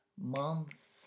months